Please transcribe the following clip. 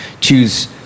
choose